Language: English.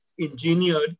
engineered